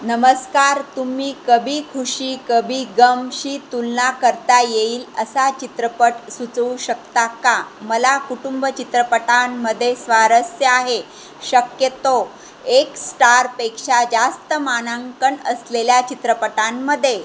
नमस्कार तुम्ही कभा खुशी कभी गमशी तुलना करता येईल असा चित्रपट सुचवू शकता का मला कुटुंब चित्रपटांमध्ये स्वारस्य आहे शक्यतो एक स्टारपेक्षा जास्त मानांकन असलेल्या चित्रपटांमध्ये